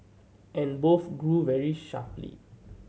and both grew very sharply